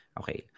okay